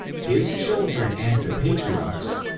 his children and the patriarchs,